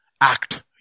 act